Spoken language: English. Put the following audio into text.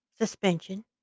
suspension